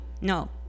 No